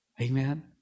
Amen